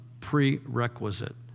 prerequisite